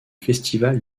festival